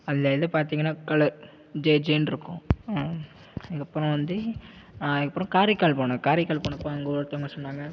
அதில் எது பார்த்திங்கன்னா கடை ஜேஜேனுருக்கும் அதுக்கு அப்புறம் வந்து அதுக்கு அப்புறம் காரைக்கால் போனோம் காரைக்கால் போனப்ப அங்கே ஒருத்தவங்க சொன்னாங்க